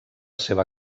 seva